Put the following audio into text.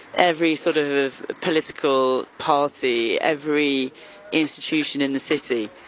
every sort of political party, every institution in the city.